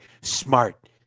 smart